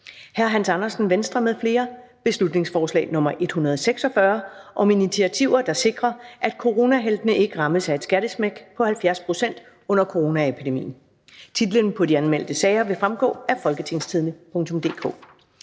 nr. B 146 (Forslag til folketingsbeslutning om initiativer, der sikrer, at coronaheltene ikke rammes af et skattesmæk på 70 pct. under coronapandemien). Titlerne på de anmeldte sager vil fremgå af www.folketingstidende.dk